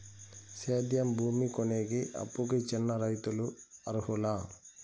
సేద్యం భూమి కొనేకి, అప్పుకి చిన్న రైతులు అర్హులా?